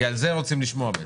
כי על זה רוצים לשמוע בעצם.